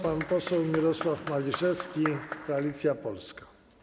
Pan poseł Mirosław Maliszewski, Koalicja Polska.